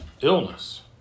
illness